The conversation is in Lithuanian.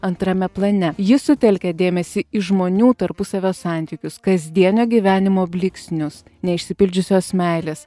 antrame plane ji sutelkia dėmesį į žmonių tarpusavio santykius kasdienio gyvenimo blyksnius neišsipildžiusios meilės